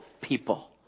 people